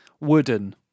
wooden